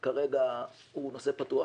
כרגע הוא נושא פתוח